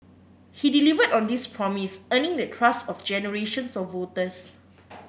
he delivered on this promise earning the trust of generations of voters